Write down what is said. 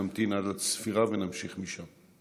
נמתין עד הצפירה ונמשיך משם.